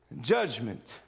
judgment